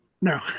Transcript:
No